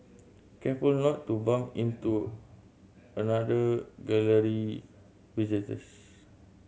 careful not to bump into another Gallery visitors